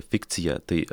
fikcija tai